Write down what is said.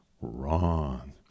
wrong